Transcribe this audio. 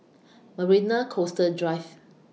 Marina Coastal Drive